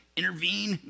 intervene